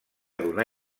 donar